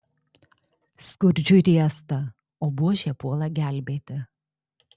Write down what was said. skurdžiui riesta o buožė puola gelbėti